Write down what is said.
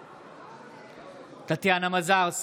בעד טטיאנה מזרסקי,